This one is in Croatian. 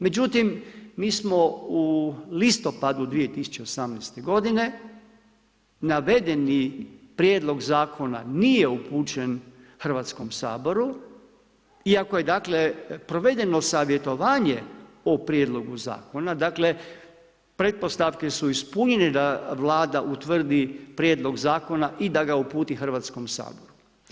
Međutim, mi smo u listopadu 2018. g., navedeni prijedlog zakon nije upućen Hrvatskom saboru iako je dakle, provedeno savjetovanje o prijedlogu zakona, dakle pretpostavke su ispunjene da Vlada utvrdi prijedlog zakona i da ga uputi Hrvatskom saboru.